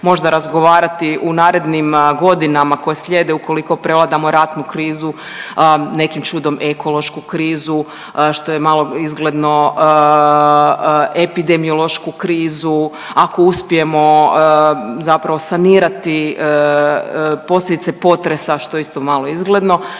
možda razgovarati u narednim godinama koje slijede ukoliko prevladamo ratnu krizu, nekim čudom ekološku krizu, što je malo izgledno, epidemiološku krizu, ako uspijemo zapravo sanirati posljedice potresa, što je isto malo izgledno